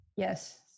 Yes